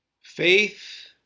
Faith